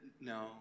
no